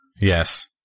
Yes